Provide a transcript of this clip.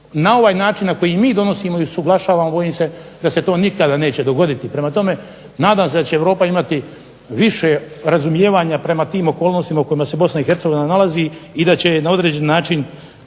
na ovaj način na koji mi donosimo i usuglašavamo, bojim se da se to nikada neće dogoditi. Prema tome nadam se da će Europa imati više razumijevanja prema tim okolnostima u kojima se Bosna i Hercegovina nalazi, i da će na određeni način